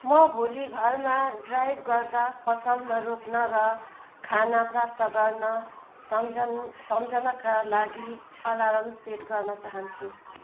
म भोलि घरमा ड्राइभ गर्दा पसलमा रोक्न र खाना प्राप्त गर्न सम्झन सम्झनाका लागि अलार्म सेट गर्न चाहन्छु